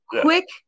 quick